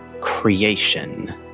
creation